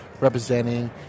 representing